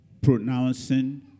pronouncing